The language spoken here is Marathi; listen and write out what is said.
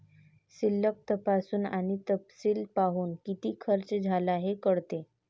शिल्लक तपासून आणि तपशील पाहून, किती खर्च झाला हे कळते